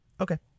Okay